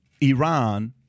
Iran